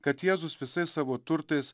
kad jėzus visais savo turtais